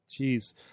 Jeez